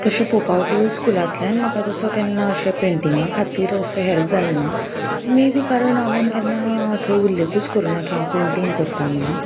तशें पळोवप वचो जल्यार स्कुलांतल्यान म्हाका तसो केन्ना अशें पेंटिंगा खातीर असो हेल्प जालो ना मे बी कारण हांवें केन्ना थंय उल्लेखूच करूंना की हांव पेंटींग करता म्हणून